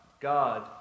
God